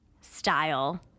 Style